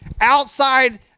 outside